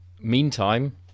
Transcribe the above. meantime